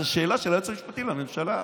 זו שאלה של היועץ המשפטי לממשלה.